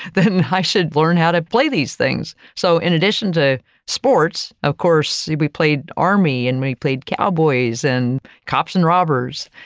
then i should learn how to play these things. so, in addition to sports, of course, we we played army and we played cowboys and cops and robbers.